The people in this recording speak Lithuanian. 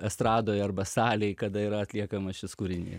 estradoj arba salėj kada yra atliekamas šis kūrinys